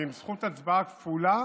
ועם זכות הצבעה כפולה